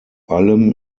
allem